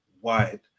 wide